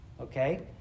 Okay